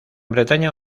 bretaña